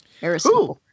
Harrison